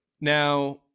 now